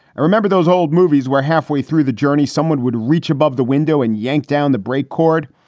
i remember those old movies where halfway through the journey, someone would reach above the window and yanked down the brake cord.